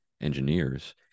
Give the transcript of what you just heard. engineers